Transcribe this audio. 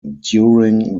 during